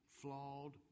Flawed